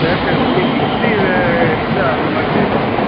சரி சரி உங்களுக்கு எப்படி இருக்குதோ அந்த மாதிரி செய்யலாங்க